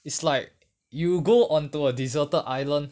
it's like you go onto a deserted island